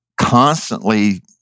constantly